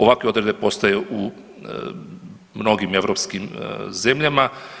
Ovakve odredbe postaju u mnogim europskim zemljama.